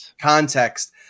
context